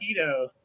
keto